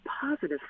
positive